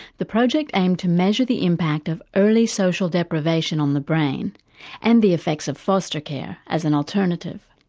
the project aimed to measure the impact of early social deprivation on the brain and the effects of foster care as an alternative.